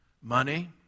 money